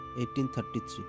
1833